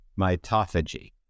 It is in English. mitophagy